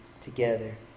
together